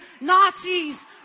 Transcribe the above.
Nazis